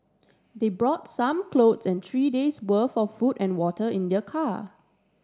they brought some clothes and three days' worth of food and water in their car